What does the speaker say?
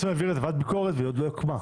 צריך להקים את ועדת הביקורת, והיא לא הוקמה.